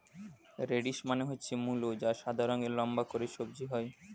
radish মানে হচ্ছে মূলো যা সাদা রঙের লম্বা করে সবজি হয়